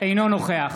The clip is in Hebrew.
אינו נוכח